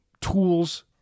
tools